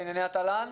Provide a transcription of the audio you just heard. בענייני התל"ן.